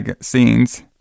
scenes